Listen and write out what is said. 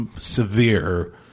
severe